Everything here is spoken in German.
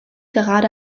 gerade